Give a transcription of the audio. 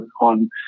on